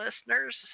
listeners